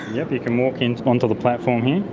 yes, you can walk and onto the platform here,